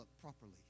properly